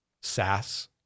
SaaS